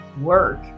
work